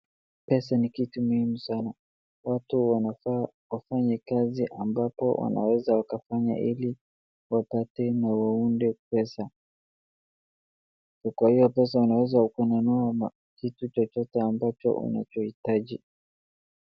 Pesa ni kitu muhimu sana. Watu wanafaa wafanye kazi ambapo wanaweza wakafanya ili wapate na wauunde pesa. Kwa hiyo pesa unaweza ukanunua kitu chochote ambacho unachohitaji.